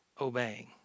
obeying